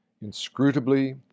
Inscrutably